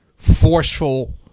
forceful